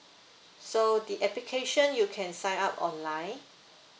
so the application you can sign up online